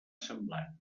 semblant